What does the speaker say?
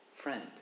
friend